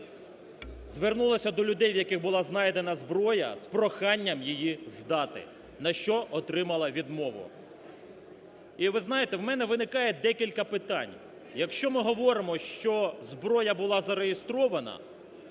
звернулася до людей, у яких була знайдена зброя, з проханням її здати. На що отримала відмову. І ви знаєте, у мене виникає декілька питань. Якщо ми говоримо, що зброя була зареєстрована,